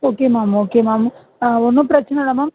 okay ma'am okay ma'am ஒன்றும் பிரச்சின இல்லை மேம்